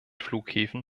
flughäfen